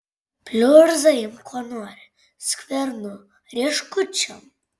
pliurzą imk kuo nori skvernu rieškučiom